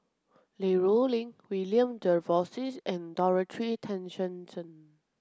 Li Rulin William Jervois and Dorothy Tessensohn